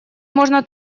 можно